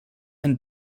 and